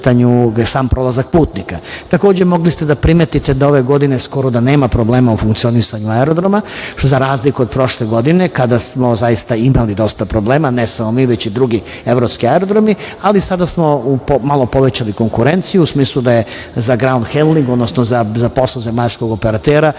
sam prolazak putnika. Takođe, mogli ste da primetite da ove godine skoro da nema problema u funkcionisanju aerodroma, što za razliku od prošle godine, kada smo zaista imali dosta problema, ne samo mi, već i drugi evropski aerodromi, ali sada smo malo povećali konkurenciju, u smislu da je za ground handling, odnosno za posao zemaljskog operatera,